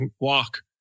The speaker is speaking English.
walk